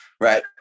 right